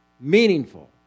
meaningful